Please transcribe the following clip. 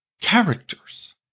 characters